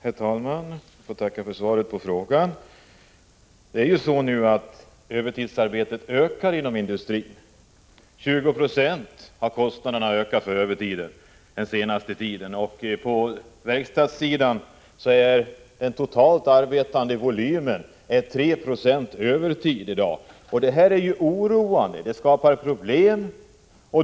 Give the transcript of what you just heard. Herr talman! Jag får tacka för svaret på frågan. Övertidsarbetet inom industrin ökar nu. Kostnaderna för övertiden har ökat med 20 96 den senaste tiden. På verkstadssidan är 3 70 av den totalt arbetade tiden i dag övertid. Det här är oroande och skapar problem.